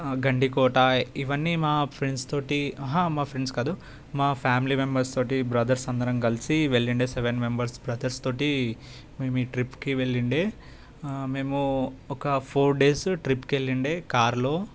గండికోట ఇవన్నీ మా ఫ్రెండ్స్తో ఆహా మా ఫ్రెండ్స్ కాదు మా ఫ్యామిలీ మెంబర్స్తో బ్రదర్స్ అందరం కలిసి వెళ్ళిండే సెవెన్ మెంబెర్స్ బ్రదర్స్తో మేము ఈ ట్రిప్కి వెళ్ళిండే మేము ఒక ఫోర్ డేస్ ట్రిప్కి వెళ్ళిండే కార్లో